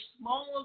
smaller